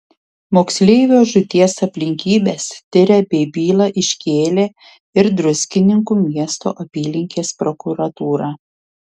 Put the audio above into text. moksleivio žūties aplinkybes tiria bei bylą iškėlė ir druskininkų miesto apylinkės prokuratūra